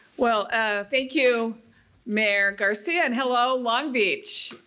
well ah thank you mayor garcia and hello long beach!